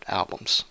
albums